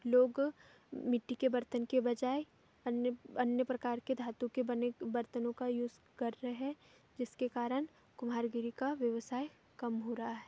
लोग मिट्टी के बर्तन के बजाए अन्य अन्य प्रकार के धातु के बने बर्तनों का यूज़ कर रहे हैं जिसके कारण कुम्हारगिरी का व्यवसाय कम हो रहा है